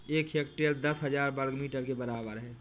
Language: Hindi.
एक हेक्टेयर दस हजार वर्ग मीटर के बराबर है